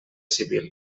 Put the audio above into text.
civil